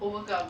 overcome